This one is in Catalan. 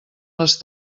les